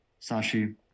sashi